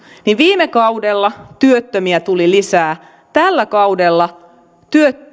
niin viime kaudella työttömiä tuli lisää tällä kaudella